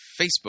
facebook